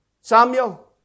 Samuel